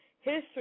history